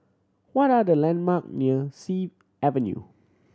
what are the landmark near Sea Avenue